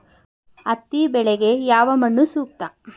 ಹತ್ತಿ ಬೆಳೆಗೆ ಯಾವ ಮಣ್ಣು ಸೂಕ್ತ?